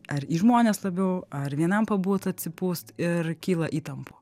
ar į žmones labiau ar vienam pabūt atsipūst ir kyla įtampų